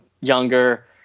younger